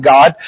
God